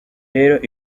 rero